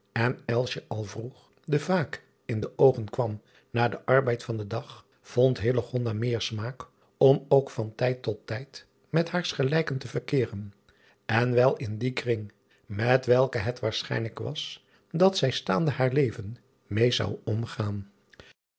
en al vroeg de vaak in de oogen kwam na den arbeid van den dag vond meer smaak om ook van tijd tot tijd met haars gelijken te verkeeren en wel in dien kring met welken het waarschijnlijk was dat zij staande haar leven meest zou omgaan